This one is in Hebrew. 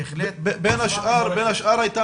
בין השאר הייתה